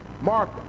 mark